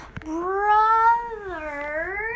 brother